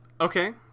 Okay